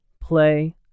play